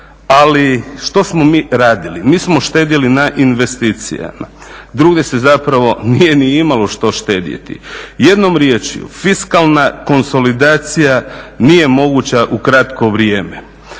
ali što smo mi radili? Mi smo štedjeli na investicijama. Drugdje se zapravo nije ni imalo što štedjeti. Jednom riječju fiskalna konsolidacija nije moguća u kratko vrijeme.